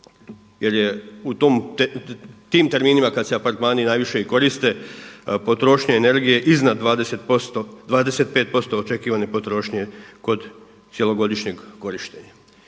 jer tim terminima kad se apartmani najviše i koriste potrošnja energije je iznad 25% očekivane potrošnje kod cjelogodišnjeg korištenja.